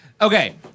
Okay